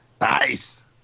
Nice